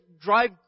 drive